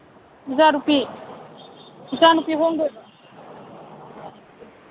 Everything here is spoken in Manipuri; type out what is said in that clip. ꯏꯆꯥꯅꯨꯄꯤ ꯏꯆꯥꯅꯨꯄꯤ ꯍꯣꯡꯗꯣꯏꯕ